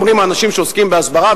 אומרים האנשים שעוסקים בהסברה,